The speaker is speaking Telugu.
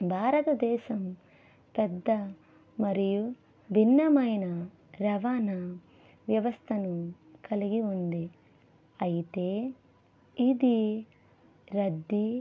భారతదేశం పెద్ద మరియు భిన్నమైన రవాణా వ్యవస్థను కలిగి ఉంది అయితే ఇది రద్దీ